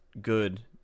good